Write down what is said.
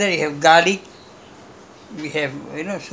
Maggi tomato sauce these two are the only items